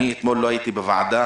אתמול לא הייתי בישיבת הוועדה,